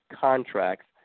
contracts